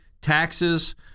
taxes